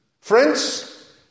Friends